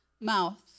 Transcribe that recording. mouth